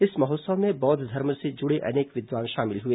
इस महोत्सव में बौद्ध धर्म से जुड़े अनेक विद्वान शामिल हुए